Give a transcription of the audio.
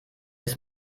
ist